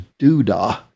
duda